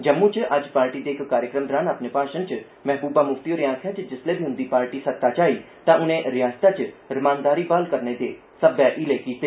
जम्मू चे अज्ज पार्टी दे इक कार्यक्रम दौरान अपने भाशण च महबूबा मुफ्ती होरें आखेआ जे जिसलै बी उंदी पार्टी सत्ता च आई तों उने रिआसता च रमानदारी ब्हाल करने लेई हीले कीते